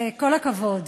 וכל הכבוד.